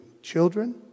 children